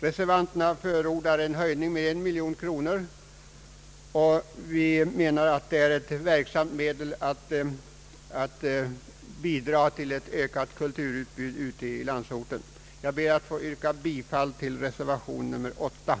Reservanterna förordar en höjning med en miljon kronor. Vi menar att detta är ett verksamt medel att bidra till ett ökat kulturutbud ute i landsorten. Jag ber att få yrka bifall till reservationen.